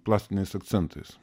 plastiniais akcentais